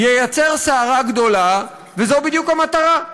ייצר סערה גדולה, וזו בדיוק המטרה.